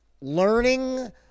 learning